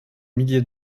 milliers